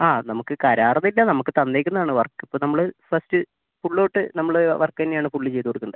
ആ നമുക്ക് കരാറൊന്നുമില്ല നമുക്ക് തന്നിരിക്കുന്നത് ആണ് വർക്ക് ഇപ്പോൾ നമ്മൾ ഫസ്റ്റ് ഫുൾ തൊട്ട് നമ്മൾ വർക്ക് തന്നെയാണ് ഫുൾ ചെയ്തുകൊടുക്കേണ്ടത്